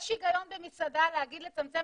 יש היגיון במסעדה להגיד לצמצם